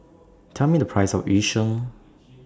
Tell Me The Price of Yu Sheng